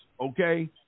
Okay